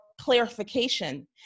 clarification